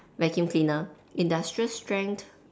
vacuum cleaner industrial strength